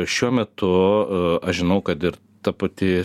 šiuo metu aš žinau kad ir ta pati